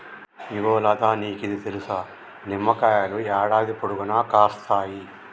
ఇగో లతా నీకిది తెలుసా, నిమ్మకాయలు యాడాది పొడుగునా కాస్తాయి